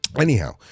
Anyhow